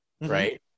right